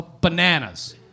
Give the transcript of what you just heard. bananas